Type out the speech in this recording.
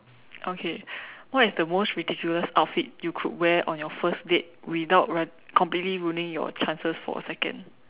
okay what is the most ridiculous outfit you could wear on your first date without run completely ruining your chances for a second